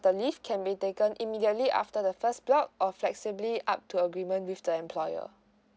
the leave can be taken immediately after the first block or flexibly up to agreement with the employer